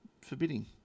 forbidding